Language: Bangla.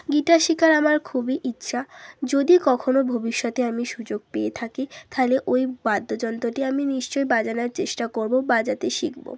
গিটার শেখার আমার খুবই ইচ্ছা যদি কখনো ভবিষ্যতে আমি সুযোগ পেয়ে থাকি তাহলে ওই বাদ্যযন্ত্রটি আমি নিশ্চয়ই বাজানার চেষ্টা করবো বাজাতে শিখবো